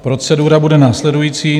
Procedura bude následující.